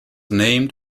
named